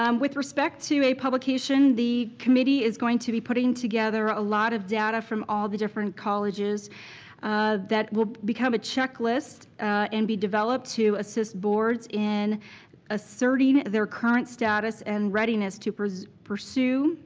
um with respect to a publication, the committee is going to be putting together a lot of data from all the different colleges that will become a checklist and be developed to assist boards in asserting their current status and readiness to pursue,